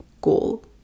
goal